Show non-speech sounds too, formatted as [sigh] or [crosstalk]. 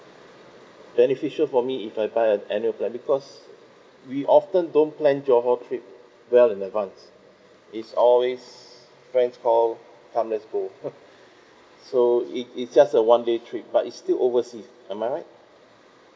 beneficial for me if I buy a annual plan because we often don't plan johor trip well in advance it's always friends call come let's go [laughs] so it it's just a one day trip but it's still overseas am I right